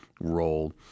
role